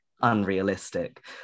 unrealistic